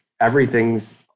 everything's